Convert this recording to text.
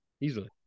Easily